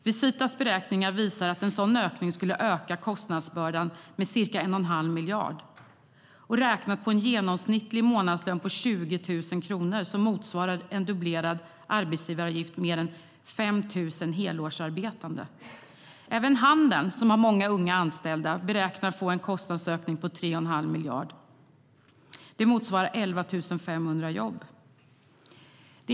Visitas beräkningar visar att en sådan ökning skulle öka kostnadsbördan med ca 1,5 miljarder. Räknat på en genomsnittlig månadslön på 20 000 kronor motsvarar en dubblerad arbetsgivaravgift mer än 5 000 helårsarbetande. Även handeln, som har många unga anställda, beräknas få en kostnadsökning på 3 1⁄2 miljarder. Det motsvarar 11 500 jobb.